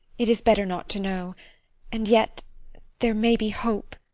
it is better not to know and yet there may be hope.